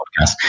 podcast